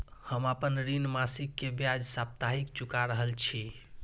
हम आपन ऋण मासिक के ब्याज साप्ताहिक चुका रहल छी